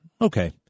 Okay